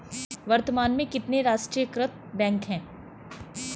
वर्तमान में कितने राष्ट्रीयकृत बैंक है?